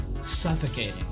suffocating